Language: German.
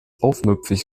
aufmüpfig